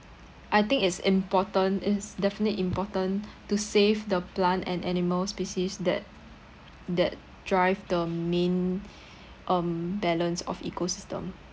I think it's important it's definitely important to save the plant and animal species that that drive the main um balance of ecosystem